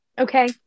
Okay